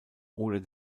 oder